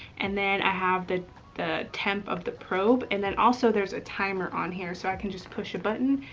and then i have the the temp of the probe. and then also there's a timer on here. so i can just push a button,